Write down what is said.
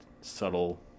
subtle